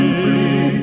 free